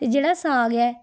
ਅਤੇ ਜਿਹੜਾ ਸਾਗ ਹੈ